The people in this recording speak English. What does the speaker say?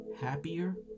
happier